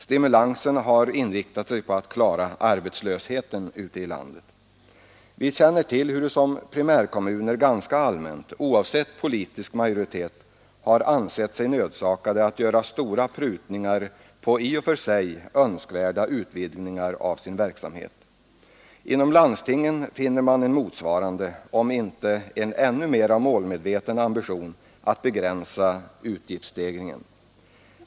Stimulansen har inriktat sig på att klara arbetslösheten ute i landet. Vi känner till hur primärkommuner ganska allmänt, oavsett politisk majoritet, har ansett sig nödsakade att göra stora prutningar på i och för sig önskvärda utvidgningar av sin verksamhet. Inom landstingen finner man en motsvarande om inte en ännu mera målmedveten ambition att begränsa utgiftsstegringen.